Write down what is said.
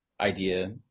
idea